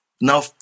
now